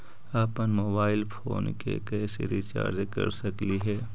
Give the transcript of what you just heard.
अप्पन mobile phone के कैसे रिचार्ज कर सकली हे?